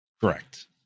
Correct